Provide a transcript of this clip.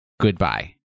Goodbye